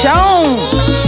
Jones